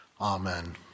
Amen